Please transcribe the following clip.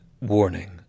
Warning